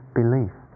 belief